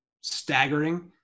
staggering